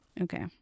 Okay